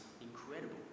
incredible